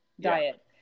diet